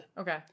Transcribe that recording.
Okay